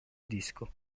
disco